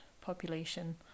population